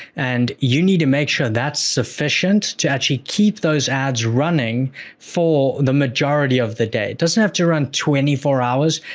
and you need to make sure that's sufficient to actually keep those ads running for the majority of the day. it doesn't have to run twenty four hours,